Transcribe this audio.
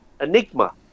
enigma